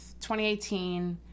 2018